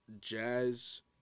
jazz